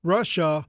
Russia